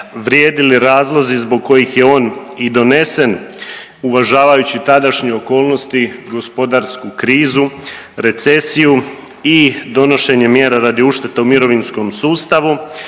vrijedili razlozi zbog kojih je on i donesen uvažavajući tadašnje okolnosti gospodarsku krizu, recesiju i donošenje mjera radi ušteda u mirovinskom sustavu,